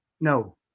No